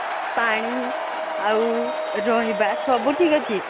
ପାଣି ଆଉ ରହିବା ସବୁ ଠିକ ଅଛି